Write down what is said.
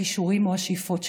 הכישורים או השאיפות שלהם,